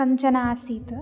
कञ्चन् आसीत्